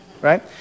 right